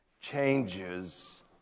changes